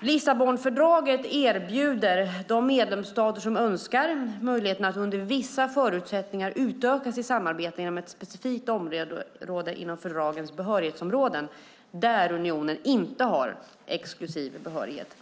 Lissabonfördraget erbjuder de medlemsstater som önskar möjligheten att under vissa förutsättningar utöka sitt samarbete inom ett specifikt område inom fördragens behörighetsområden där unionen inte har exklusiv behörighet.